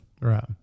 Right